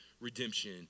redemption